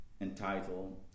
entitled